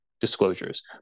disclosures